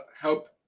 help